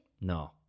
No